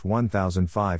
1005